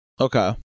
Okay